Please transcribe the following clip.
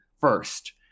first